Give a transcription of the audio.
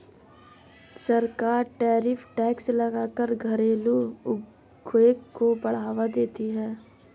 सरकार tariff tax लगा कर घरेलु उद्योग को बढ़ावा देती है